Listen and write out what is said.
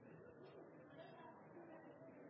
presiseres at det her ikke er